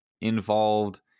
involved